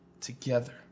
together